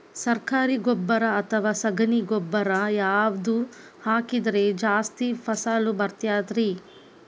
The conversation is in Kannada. ಸರಕಾರಿ ಗೊಬ್ಬರ ಅಥವಾ ಸಗಣಿ ಗೊಬ್ಬರ ಯಾವ್ದು ಹಾಕಿದ್ರ ಜಾಸ್ತಿ ಫಸಲು ಬರತೈತ್ರಿ?